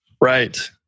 right